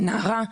כנער?